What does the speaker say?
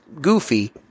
goofy